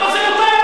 אבל זה מותר.